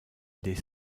des